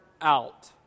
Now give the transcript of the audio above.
out